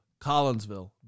Collinsville